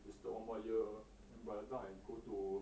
wasted one more year then by the time I go to